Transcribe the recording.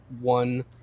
one